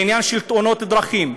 בעניין של תאונות דרכים,